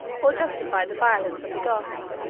or justify the violence of the goths.